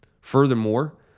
Furthermore